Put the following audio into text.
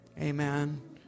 Amen